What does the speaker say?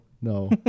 no